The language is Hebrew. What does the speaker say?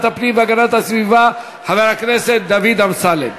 הפנים והגנת הסביבה חבר הכנסת דוד אמסלם.